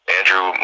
Andrew